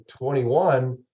21